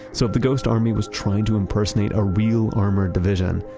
so if the ghost army was trying to impersonate a real armored division,